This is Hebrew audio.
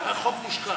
חוק מושקע.